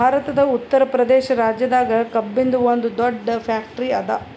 ಭಾರತದ್ ಉತ್ತರ್ ಪ್ರದೇಶ್ ರಾಜ್ಯದಾಗ್ ಕಬ್ಬಿನ್ದ್ ಒಂದ್ ದೊಡ್ಡ್ ಫ್ಯಾಕ್ಟರಿ ಅದಾ